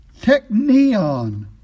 technion